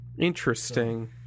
Interesting